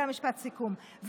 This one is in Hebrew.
וזה משפט הסיכום,